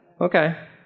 Okay